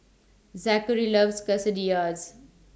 Zakary loves Quesadillas